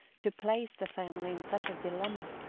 to place the family in such a dilemma.